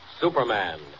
Superman